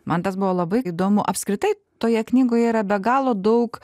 man tas buvo labai įdomu apskritai toje knygoje yra be galo daug